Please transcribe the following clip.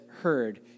heard